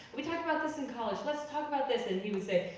we talked about this in college, let's talk about this. and he would say,